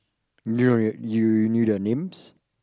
you know you knew their names